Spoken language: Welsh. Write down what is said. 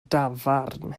dafarn